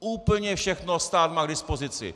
Úplně všechno stát má k dispozici.